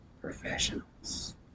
professionals